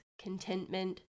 contentment